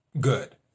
good